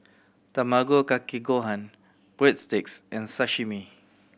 Tamago Kake Gohan Breadsticks and Sashimi